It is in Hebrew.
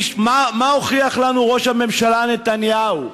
מה הוכיח לנו ראש הממשלה נתניהו?